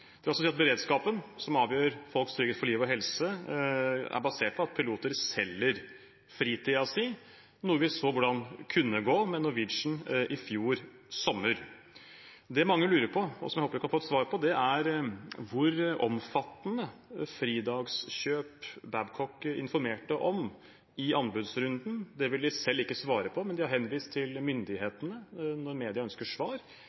Det vil altså si at beredskapen som avgjør folks trygghet for liv og helse, er basert på at piloter selger fritiden sin – noe vi så hvordan kunne gå, med Norwegian i fjor sommer. Det mange lurer på, og som jeg håper vi kan få et svar på, er hvor omfattende fridagskjøp Babcock informerte om i anbudsrunden. Det vil de selv ikke svare på, men de har henvist til myndighetene når media har ønsket svar